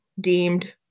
deemed